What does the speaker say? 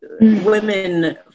women